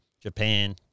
Japan